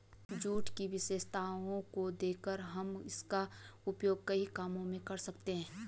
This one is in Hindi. जूट की विशेषताओं को देखकर हम इसका उपयोग कई कामों में कर सकते हैं